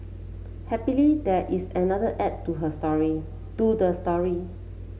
happily there is another act to her story to the story